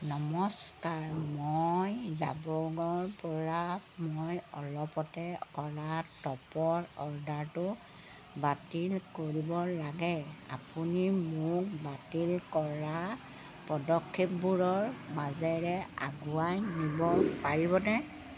নমস্কাৰ মই জাবং ৰপৰা মই অলপতে কৰা টপৰ অৰ্ডাৰটো বাতিল কৰিব লাগে আপুনি মোক বাতিল কৰা পদক্ষেপবোৰৰ মাজেৰে আগুৱাই নিব পাৰিবনে